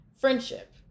friendship